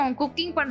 cooking